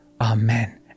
amen